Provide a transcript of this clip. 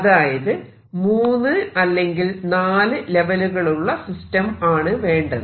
അതായത് 3 അല്ലെങ്കിൽ നാല് ലെവലുകളുള്ള സിസ്റ്റം ആണ് വേണ്ടത്